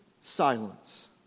silence